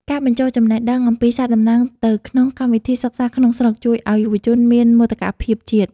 ការបញ្ចូលចំណេះដឹងអំពីសត្វតំណាងទៅក្នុងកម្មវិធីសិក្សាក្នុងស្រុក ជួយឱ្យយុវជនមានមោទកភាពជាតិ។